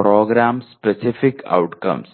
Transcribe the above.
programme specific outcomes